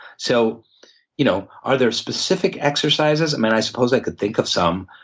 so you know are there specific exercises? man, i suppose i could think of some,